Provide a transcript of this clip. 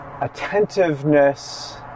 attentiveness